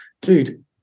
Dude